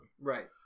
Right